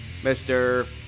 Mr